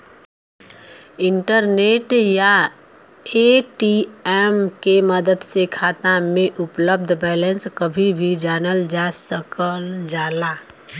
internet या ATM के मदद से खाता में उपलब्ध बैलेंस कभी भी जानल जा सकल जाला